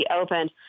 opened